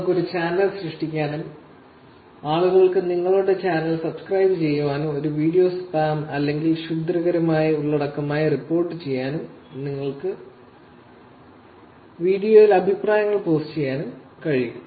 നിങ്ങൾക്ക് ഒരു ചാനൽ സൃഷ്ടിക്കാനും ആളുകൾക്ക് നിങ്ങളുടെ ചാനൽ സബ്സ്ക്രൈബുചെയ്യാനും ഒരു വീഡിയോ സ്പാം അല്ലെങ്കിൽ ക്ഷുദ്രകരമായ ഉള്ളടക്കമായി റിപ്പോർട്ടുചെയ്യാനും നിങ്ങൾക്ക് വീഡിയോയ്ക്ക് അഭിപ്രായങ്ങൾ പോസ്റ്റ് ചെയ്യാനും കഴിയും